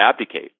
abdicate